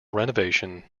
renovation